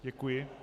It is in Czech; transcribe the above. Děkuji.